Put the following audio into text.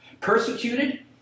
Persecuted